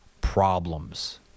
problems